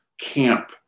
Camp